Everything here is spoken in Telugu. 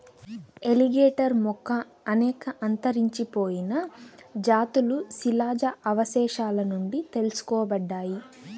ఎలిగేటర్ యొక్క అనేక అంతరించిపోయిన జాతులు శిలాజ అవశేషాల నుండి తెలుసుకోబడ్డాయి